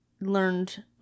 learned